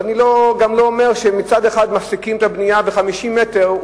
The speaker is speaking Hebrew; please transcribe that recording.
ואני גם לא אומר שמצד אחד מפסיקים את הבנייה ב-50 מטר,